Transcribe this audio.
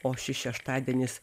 o šis šeštadienis